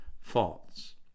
false